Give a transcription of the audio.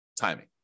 timing